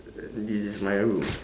this is my room